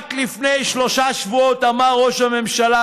רק לפני שלושה שבועות אמר ראש הממשלה,